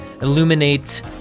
illuminate